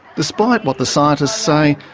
despite what the scientists say,